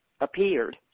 appeared